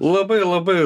labai labai